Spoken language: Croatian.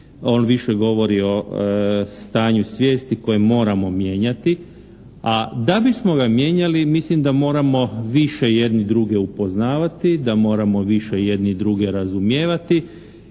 on više govori o stanju svijesti koje moramo mijenjati. A da bismo ga mijenjali mislim da moramo više jedni druge upoznavati, da moramo više jedni druge razumijevati